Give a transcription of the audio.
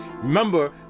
Remember